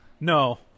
No